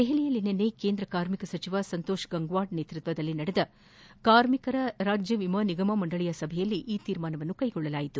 ದೆಹಲಿಯಲ್ಲಿ ನಿನ್ನೆ ಕೇಂದ್ರ ಕಾರ್ಮಿಕ ಸಚಿವ ಸಂತೋಷ್ ಗಂಗ್ವಾರ್ ನೇತೃತ್ವದಲ್ಲಿ ನಡೆದ ಕಾರ್ಮಿಕರ ರಾಜ್ಯ ವಿಮಾ ನಿಗಮ ಮಂಡಳಿಯ ಸಭೆಯಲ್ಲಿ ಈ ನಿರ್ಧಾರ ಕೈಗೊಳ್ಳಲಾಗಿದೆ